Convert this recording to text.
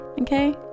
okay